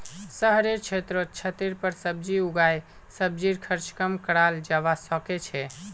शहरेर क्षेत्रत छतेर पर सब्जी उगई सब्जीर खर्च कम कराल जबा सके छै